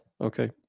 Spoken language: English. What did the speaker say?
okay